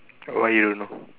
why you know